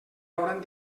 hauran